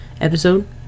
episode